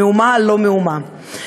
"מהומה על לא מאומה".